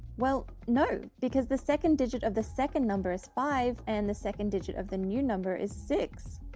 well no because the second digit of the second number is five and the second digit of the new number is six.